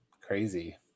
Crazy